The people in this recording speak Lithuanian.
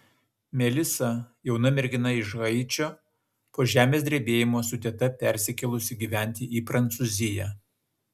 melisa jauna mergina iš haičio po žemės drebėjimo su teta persikėlusi gyventi į prancūziją